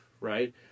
Right